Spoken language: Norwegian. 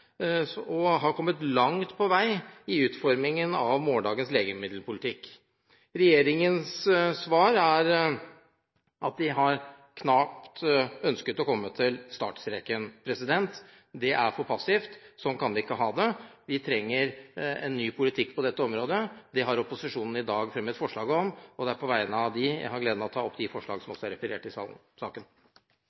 og har kommet langt på vei i utformingen av morgendagens legemiddelpolitikk. Regjeringens svar er at de knapt har ønsket å komme til startstreken. Det er for passivt, og sånn kan vi ikke ha det. Vi trenger en ny politikk på dette området. Det har opposisjonen i dag fremmet forslag om. Det er på vegne av dem jeg har gleden av å ta opp det forslaget som også er referert i saken.